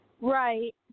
Right